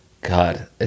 God